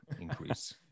increase